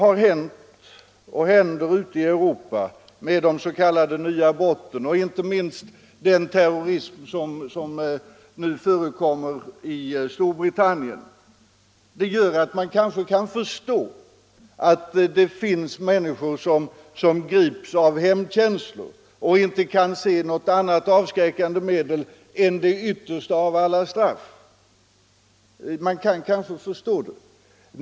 Brottsutvecklingen i Europa med dessa s.k. nya brott och inte minst den speciella terrorism som förekommer i Storbritanien gör att man kanske kan förstå att det finns människor som grips av hämndkänslor och inte heller kan hitta på något annat avskräckande medel än det yttersta av alla straff.